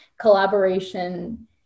collaboration